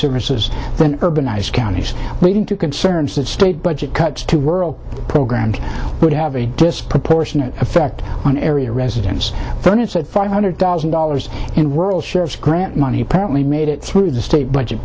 services urbanized counties leading to concerns that state budget cuts world programs would have a disproportionate effect on area residents when it's five hundred thousand dollars in rural sheriffs grant money apparently made it through the state budget